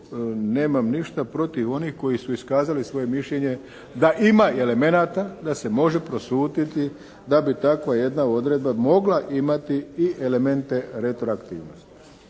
nemam ništa protiv onih koji su iskazali svoje mišljenje da ima elemenata da se može prosuditi da bi takva jedna odredba mogla imati i elemente retroaktivnosti.